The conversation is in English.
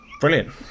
brilliant